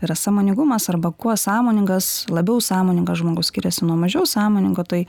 yra sąmoningumas arba kuo sąmoningas labiau sąmoningas žmogus skiriasi nuo mažiau sąmoningo tai